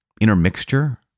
intermixture